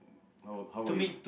how about how about you